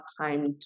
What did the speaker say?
time